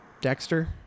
dexter